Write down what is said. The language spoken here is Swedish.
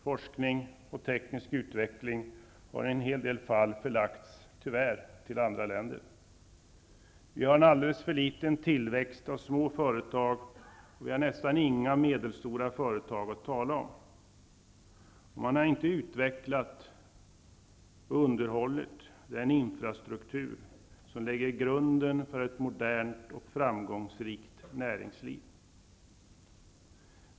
Forskning och teknisk utveckling har tyvärr i en hel del fall förlagts till andra länder. Vi har en alldeles för liten tillväxt av små företag, och vi har nästan inga medelstora företag att tala om. Man har inte utvecklat och underhållit den infrastruktur som lägger grunden för ett modernt och framgångsrikt näringsliv.